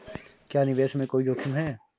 क्या निवेश में कोई जोखिम है?